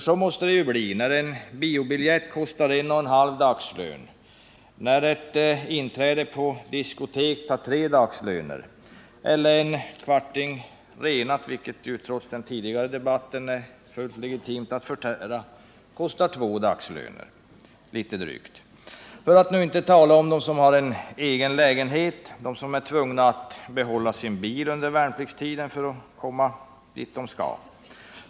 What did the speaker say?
Så måste det bli när en biobiljett kostar en och en halv dagslön, inträdet på ett diskotek tar tre dagslöner och en kvarting renat — något som det ju trots vad som sagts under en av de tidigare debatterna är fullt legitimt att förtära — kostar drygt två dagslöner. För att nu inte tala om de kostnader som uppstår för dem som har egen lägenhet och för dem som är tvungna att behålla sin bil under värnpliktstiden för att komma dit de skall.